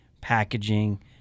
packaging